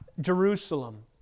Jerusalem